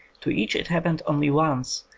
to each it happened only once,